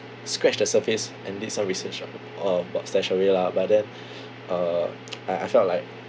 scratch the surface and did some research on about S lah but then uh I I felt like